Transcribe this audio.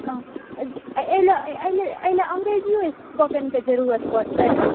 एहि लऽ एहि लऽ एहि लऽ अंग्रेजियो स्पोकनके जरूरत पड़तै